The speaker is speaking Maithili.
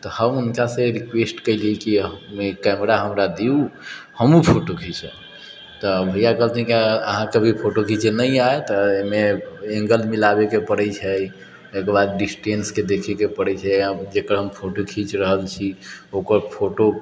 तऽ हम हुनकासँ रिक्वेस्ट कयलियै कि कैमरा हमरा दिउ हमहुँ फोटो खिञ्चब तऽ भइया कहलथिन अहाँके अभी फोटो खीञ्चल नहि जायत एहिमे ऐंगल मिलाबैके पड़ै छै तैके बाद डिस्टेन्सके देखैके पड़ै छै आब जेकर हम फोटो खीञ्च रहल छी ओकर फोटो